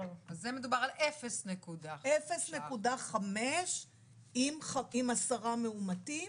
אז זה מדובר על 0.5%. 0.5% עם עשרה מאומתים.